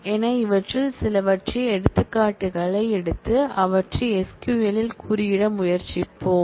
எனவே இவற்றில் சிலவற்றின் எடுத்துக்காட்டுகளை எடுத்து அவற்றை SQL இல் குறியிட முயற்சிப்போம்